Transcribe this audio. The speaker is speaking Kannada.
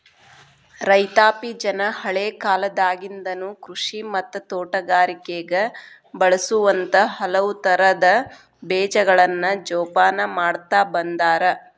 ರೈತಾಪಿಜನ ಹಳೇಕಾಲದಾಗಿಂದನು ಕೃಷಿ ಮತ್ತ ತೋಟಗಾರಿಕೆಗ ಬಳಸುವಂತ ಹಲವುತರದ ಬೇಜಗಳನ್ನ ಜೊಪಾನ ಮಾಡ್ತಾ ಬಂದಾರ